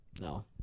No